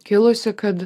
kilusi kad